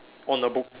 on the book